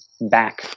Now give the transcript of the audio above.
back